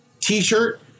t-shirt